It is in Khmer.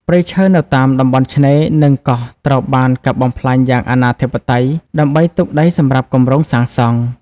ព្រៃឈើនៅតាមតំបន់ឆ្នេរ និងកោះត្រូវបាន កាប់បំផ្លាញយ៉ាងអនាធិបតេយ្យ ដើម្បីទុកដីសម្រាប់គម្រោងសាងសង់។